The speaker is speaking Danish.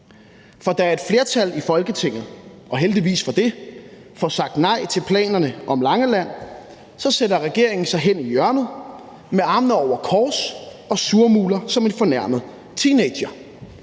for da et flertal i Folketinget, og heldigvis for det, får sagt nej til planerne om Langeland, sætter regeringen sig hen i hjørnet med armene over kors og surmuler som en fornærmet teenager.